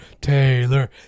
Taylor